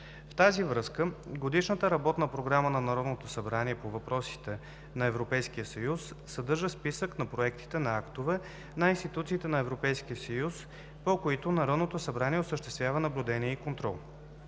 В тази връзка Годишната работна програма на Народното събрание по въпросите на Европейския съюз съдържа списък на проектите на актове на институциите на Европейския съюз, по които Народното събрание осъществява наблюдение и контрол.